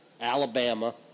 Alabama